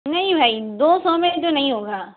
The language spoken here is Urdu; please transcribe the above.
نہیں بھائی دو سو میں تو نہیں ہوگا